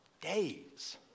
days